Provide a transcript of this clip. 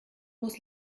muss